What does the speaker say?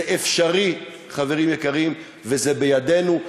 זה אפשרי, חברים, וזה בידינו.